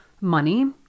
money